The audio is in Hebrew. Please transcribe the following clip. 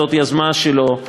זאת יוזמה שלו,